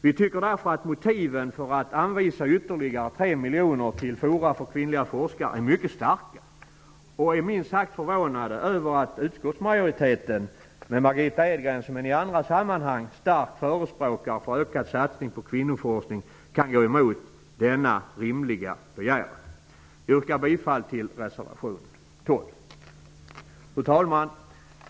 Vi tycker därför att motiven för att anvisa ytterligare 3 miljoner till fora för kvinnliga forskare är mycket starka. Vi är minst sagt förvånade över att utskottsmajoriteten, med Margitta Edgren, som i andra sammanhang är en stark förespråkare för ökad satsning på kvinnoforskning, kan gå emot denna rimliga begäran. Jag yrkar bifall till reservation 12. Fru talman!